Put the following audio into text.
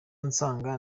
ansanga